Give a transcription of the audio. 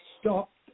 stopped